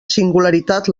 singularitat